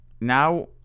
Now